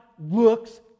looks